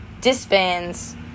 disbands